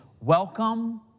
welcome